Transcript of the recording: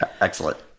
Excellent